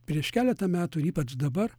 prieš keletą metų ir ypač dabar